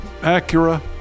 Acura